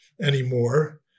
anymore